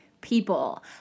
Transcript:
people